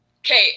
okay